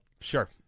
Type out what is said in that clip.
Sure